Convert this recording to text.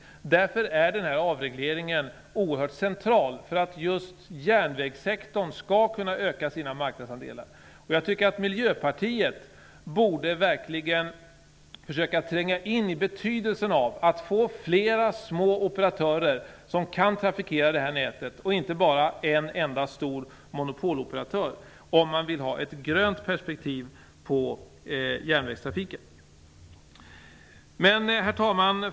Därför är avregleringen oerhört central för att just järnvägssektorn skall kunna öka sina marknadsandelar. Jag tycker att Miljöpartiet borde försöka tränga in i betydelsen av att få flera små operatörer som kan trafikera nätet och inte bara en enda stor monopoloperatör, om man vill få ett grönt perspektiv på järnvägstrafiken. Herr talman!